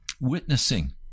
witnessing